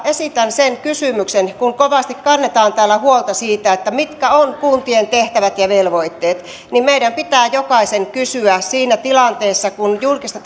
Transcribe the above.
esitän kysymyksen kun kovasti kannetaan täällä huolta siitä mitkä ovat kuntien tehtävät ja velvoitteet meidän pitää jokaisen kysyä siinä tilanteessa kun julkista